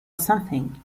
something